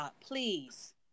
please